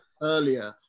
earlier